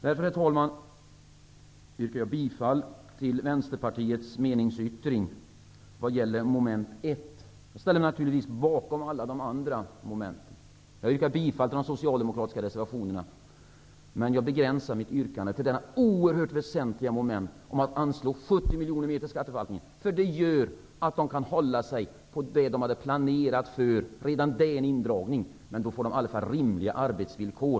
Därför, herr talman, yrkar jag bifall till Vänsterpartiets meningsyttring vad gäller mom 1, och ställer mig naturligtvis bakom alla de andra momenten. Jag yrkar bifall till de socialdemokratiska reservationerna. Men jag begränsar mitt yrkande till det oerhört väsentliga momentet att anslå 70 miljoner mer till skatteförvaltningen. Det innebär att de kan hålla sig på den nivå de hade planerat för; redan det är en indragning, men de får i alla fall rimliga arbetsvillkor.